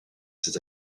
ses